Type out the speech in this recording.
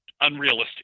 unrealistic